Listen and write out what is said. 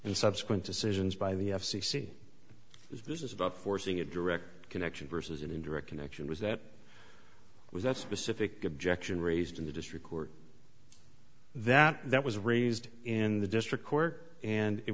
and subsequent decisions by the f c c this is about forcing a direct connection versus an indirect connection was that was that specific objection raised in the district court that was raised in the district court and it